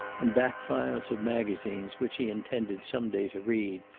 and back files of magazines which he intended some day to read,